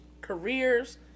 careers